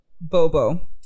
Bobo